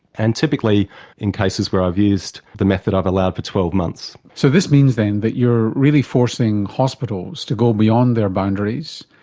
and typically in cases where i've used the method i've allowed for twelve months. so this means then that you're really forcing hospitals to go beyond their boundaries,